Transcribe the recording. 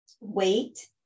weight